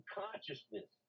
consciousness